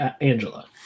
Angela